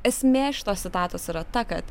esmė šitos citatos yra ta kad